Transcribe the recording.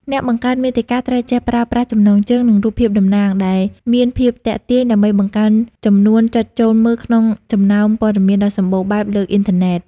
អ្នកបង្កើតមាតិកាត្រូវចេះប្រើប្រាស់ចំណងជើង និងរូបភាពតំណាង ដែលមានភាពទាក់ទាញ ដើម្បីបង្កើនចំនួនចុចចូលមើលក្នុងចំណោមព័ត៌មានដ៏សម្បូរបែបលើអ៊ីនធឺណិត។